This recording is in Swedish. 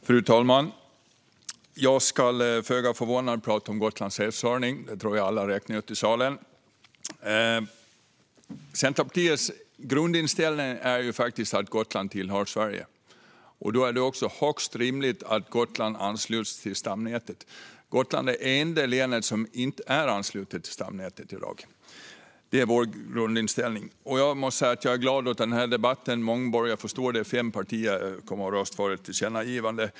Fru talman! Jag ska föga förvånande prata om Gotlands elförsörjning. Detta tror jag att alla i salen har räknat ut. Centerpartiets grundinställning är att Gotland tillhör Sverige. Då är det högst rimligt att Gotland ansluts till stamnätet. Gotland är en del i elnätet som inte är ansluten till stamnätet i dag. Detta är vår grundinställning. Jag är glad över debatten. Många borgare förstår det. Fem partier kommer att rösta för ett tillkännagivande.